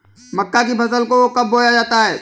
मक्का की फसल को कब बोया जाता है?